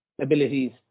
abilities